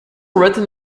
written